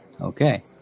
Okay